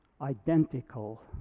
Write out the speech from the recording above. identical